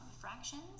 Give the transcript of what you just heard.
fractions